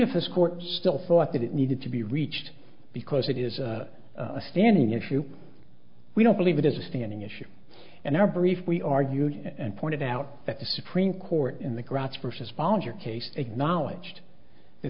if this court still thought that it needed to be reached because it is a standing issue we don't believe it is a standing issue and our brief we argued and pointed out at the supreme court in the grass versus volunteer case a knowledge that